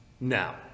Now